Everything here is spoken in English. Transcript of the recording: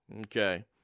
Okay